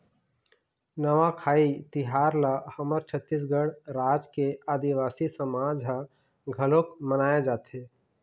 नवाखाई तिहार ल हमर छत्तीसगढ़ राज के आदिवासी समाज म घलोक मनाए जाथे